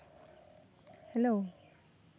hello